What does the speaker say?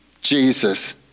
Jesus